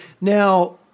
Now